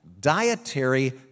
dietary